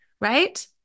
right